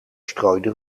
strooide